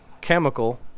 Chemical